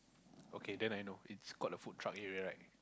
okay then I know it's called the food truck area right